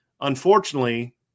Unfortunately